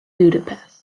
budapest